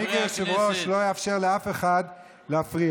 רבותיי